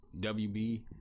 WB